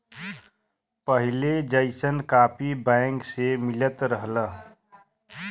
पहिले जइसन copy bank से मिलत रहल